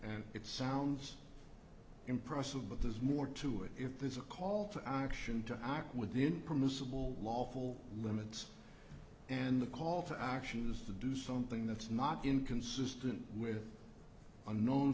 and it sounds impressive but there's more to it if there is a call to action to act with the in permissible lawful limits and the call for actions to do something that's not inconsistent with a known